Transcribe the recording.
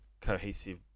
cohesive